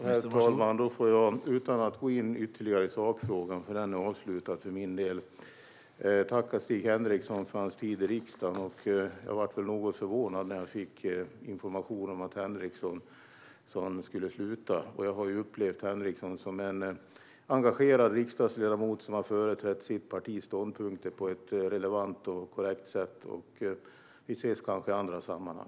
Herr talman! Då får jag utan att gå in ytterligare i sakfrågan - den är avslutad för min del - tacka Stig Henriksson för hans tid i riksdagen. Jag blev något förvånad när jag fick information om att Henriksson skulle sluta. Jag har upplevt Henriksson som en engagerad riksdagsledamot som har företrätt sitt partis ståndpunkter på ett relevant och korrekt sätt. Vi ses kanske i andra sammanhang!